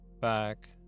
back